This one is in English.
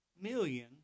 million